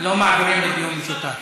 לא מעבירים לדיון משותף.